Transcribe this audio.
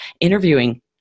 interviewing